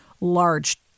large